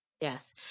Yes